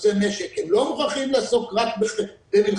נושא משק הם לא מוכרחים לעסוק רק במלחמה,